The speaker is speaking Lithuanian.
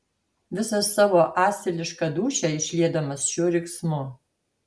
visą savo asilišką dūšią išliedamas šiuo riksmu